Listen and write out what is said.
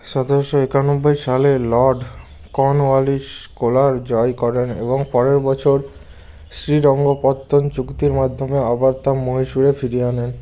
সতেরোশো একানব্বই সালে লর্ড কর্নওয়ালিস কোলার জয় করেন এবং পরের বছর শ্রীরঙ্গপত্তনম চুক্তির মাধ্যমে আবার তা মহীশূরে ফিরিয়ে আনেন